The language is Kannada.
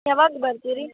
ಯಾವಾಗ ಬರ್ತೀರಿ